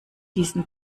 diesen